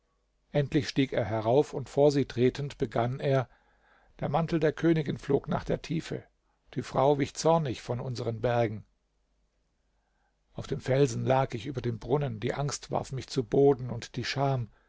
endlich stieg er herauf und vor sie tretend begann er der mantel der königin flog nach der tiefe die frau wich zornig von unseren bergen auf dem felsen lag ich über dem brunnen die angst warf mich zu boden und die scham